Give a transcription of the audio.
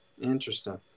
interesting